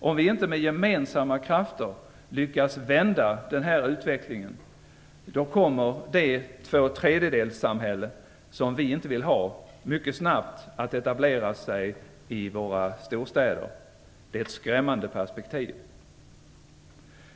Om vi inte med gemensamma krafter lyckas vända denna utveckling kommer det två tredjedels-samhälle som vi inte vill ha att mycket snabbt etablera sig i våra storstäder. Det är ett skrämmande perspektiv.